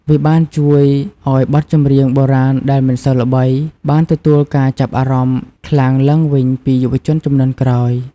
វាបានជួយឲ្យបទចម្រៀងបុរាណដែលមិនសូវល្បី បានទទួលការចាប់អារម្មណ៍ខ្លាំងឡើងវិញពីយុវជនជំនាន់ក្រោយ។